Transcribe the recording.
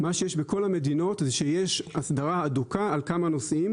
מה שיש בכל המדינות זה שיש הסדרה אדוקה על כמה נושאים.